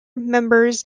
members